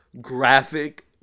graphic